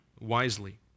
wisely